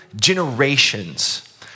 generations